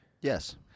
Yes